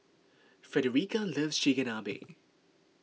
Fredericka loves Chigenabe